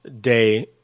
day